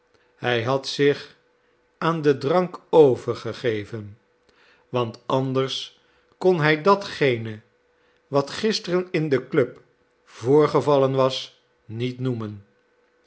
hij had zich aan den drank overgegeven want anders kon hij datgene wat gisteren in de club voorgevallen was niet noemen